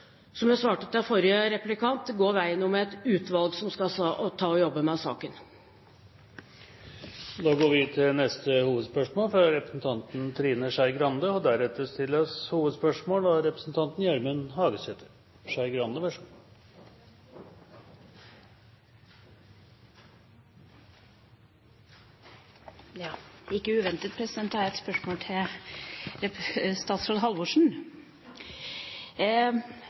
som jeg svarte til forrige spørrer – å gå veien om et utvalg som skal jobbe med saken. Da går vi til neste hovedspørsmål. Ikke uventet har jeg et spørsmål til statsråd Halvorsen. Statsråd Halvorsen og